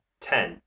ten